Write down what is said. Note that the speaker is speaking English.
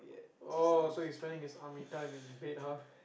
oh so he's spending his army time in bed !huh!